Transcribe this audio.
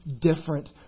different